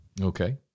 Okay